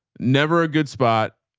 never a good spot.